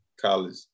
College